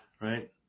Right